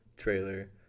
trailer